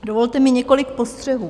Dovolte mi několik postřehů.